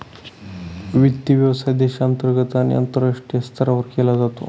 वित्त व्यवसाय देशांतर्गत आणि आंतरराष्ट्रीय स्तरावर केला जातो